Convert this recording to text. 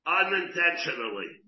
unintentionally